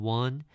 one